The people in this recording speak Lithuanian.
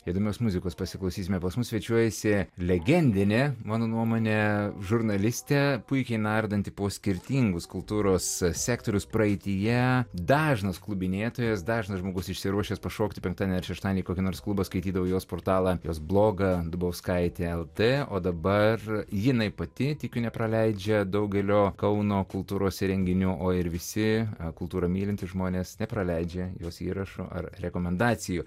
įdomios muzikos pasiklausysime pas mus svečiuojasi legendinė mano nuomone žurnalistė puikiai nardanti po skirtingus kultūros sektorius praeityje dažnas klubinėtojas dažnas žmogus išsiruošęs pašokti penktadienį ar šeštadienį kokį nors klubą skaitydavo jos portalą jos blogą dubauskaitė lt o dabar jinai pati tikiu nepraleidžia daugelio kauno kultūros renginių o ir visi kultūrą mylintys žmonės nepraleidžia jos įrašų ar rekomendacijų